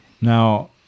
Now